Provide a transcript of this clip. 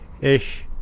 ish